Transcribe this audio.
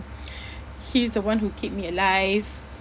he's the one who keep me alive